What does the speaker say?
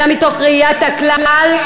אלא מתוך ראיית הכלל,